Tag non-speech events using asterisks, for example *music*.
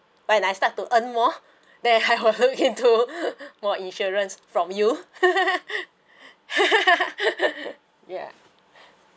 when I start to earn more *laughs* then *laughs* I will look more insurance from you *laughs* ya